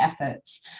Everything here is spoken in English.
efforts